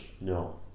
No